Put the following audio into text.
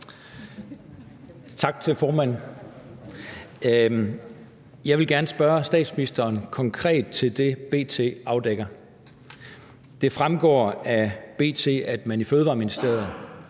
Tak til formanden. Jeg vil gerne spørge statsministeren konkret til det, som B.T. afdækker. Det fremgår af B.T., at man i Fødevareministeriet